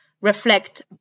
reflect